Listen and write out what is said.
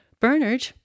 Bernard